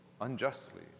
unjustly